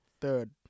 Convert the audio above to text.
Third